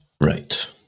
Right